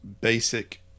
basic